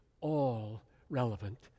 all-relevant